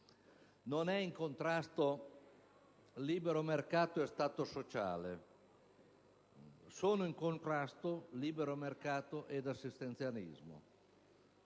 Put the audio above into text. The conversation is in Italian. sono in contrasto libero mercato e Stato sociale, sono in contrasto libero mercato e assistenzialismo: